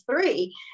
three